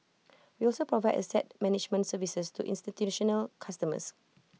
we also provide asset management services to institutional customers